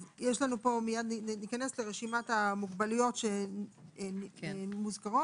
מיד ניכנס לרשימת המוגבלויות שמוזכרות,